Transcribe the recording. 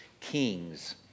kings